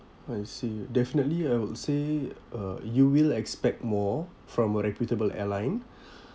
I see definitely I would say uh you will expect more from a reputable airline